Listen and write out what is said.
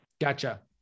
Gotcha